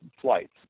flights